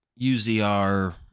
UZR